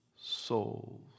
souls